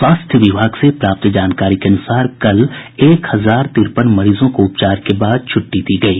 स्वास्थ्य विभाग से प्राप्त जानकारी के अनुसार कल एक हजार तिरपन मरीजों को उपचार के बाद छुट्टी दी गयी